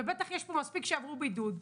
ובטח יש פה מספיק שעברו בידוד,